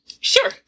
sure